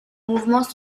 mouvements